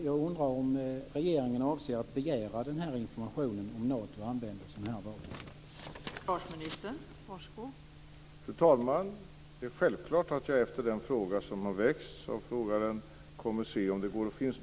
Jag undrar om regeringen avser att begära information om ifall Nato använder den här typen av vapen.